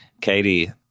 Katie